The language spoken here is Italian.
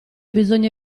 bisogna